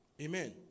Amen